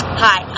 hi